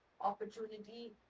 opportunity